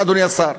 אדוני השר.